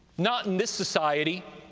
not in this society.